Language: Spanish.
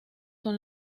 son